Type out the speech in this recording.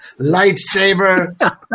lightsaber